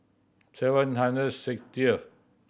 seven hundred sixtieth